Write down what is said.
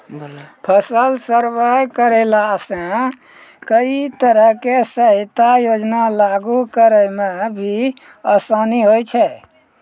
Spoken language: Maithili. फसल सर्वे करैला सॅ कई तरह के सहायता योजना लागू करै म भी आसानी होय छै